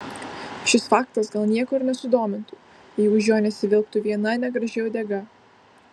šis faktas gal nieko ir nesudomintų jei už jo nesivilktų viena negraži uodega